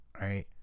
right